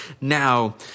Now